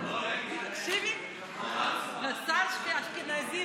חבריי חברי הכנסת,